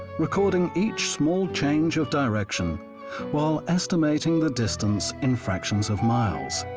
recording each small change of direction while estimating the distance in fractions of miles.